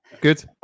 Good